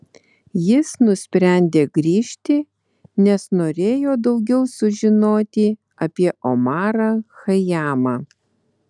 jis nusprendė grįžti nes norėjo daugiau sužinoti apie omarą chajamą